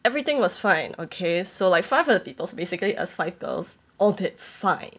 everything was fine okay so like five of the people basically us five girls all did fine